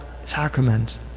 sacrament